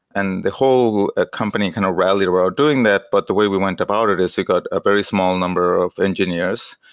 and the whole company kind of rallied about doing that, but the way we went went about it is it got a very small number of engineers,